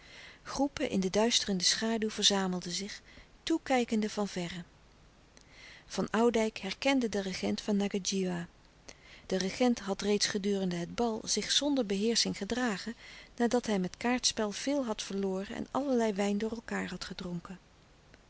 groepen in de duisterende schaduw verzamelden zich toekijkende van verre van oudijck herkende den regent van ngadjiwa de regent had reeds gedurende het bal zich zonder beheersching gedragen nadat hij met kaartspel veel had verloren en allerlei wijn door elkaâr had gedronken